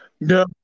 No